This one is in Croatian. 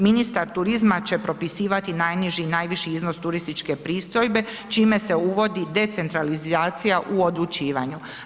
Ministar turizma će propisivati najniži i najviši iznos turističke pristojbe čime se uvodi decentralizacija u odlučivanju.